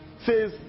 says